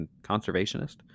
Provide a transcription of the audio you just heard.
conservationist